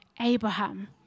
Abraham